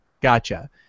gotcha